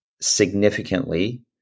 significantly